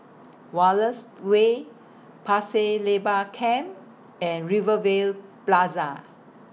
Wallace Way Pasir Laba Camp and Rivervale Plaza